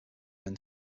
men